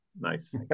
Nice